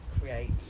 create